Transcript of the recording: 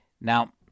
now